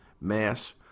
mass